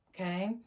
Okay